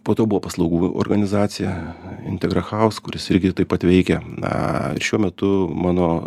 po to buvo paslaugų organizacija integrahaus kuris irgi taip pat veikia na ir šiuo metu mano